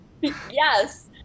Yes